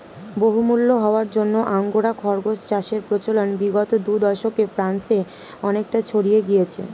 বহুমূল্য হওয়ার জন্য আঙ্গোরা খরগোশ চাষের প্রচলন বিগত দু দশকে ফ্রান্সে অনেকটা ছড়িয়ে গিয়েছে